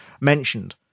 mentioned